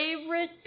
favorite